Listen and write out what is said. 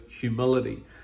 humility